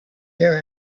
hear